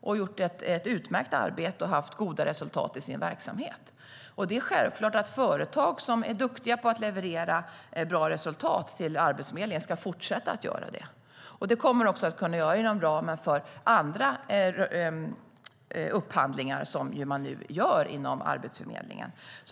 De har gjort ett utmärkt arbete och haft goda resultat i sin verksamhet. Det är självklart att företag som är duktiga på att leverera bra resultat till Arbetsförmedlingen ska fortsätta att göra det, och det kommer de också att kunna fortsätta göra inom ramen för andra upphandlingar som nu görs inom Arbetsförmedlingen.